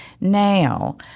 now